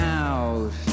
out